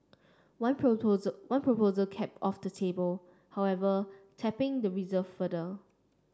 one one proposal kept off the table however tapping the reserve further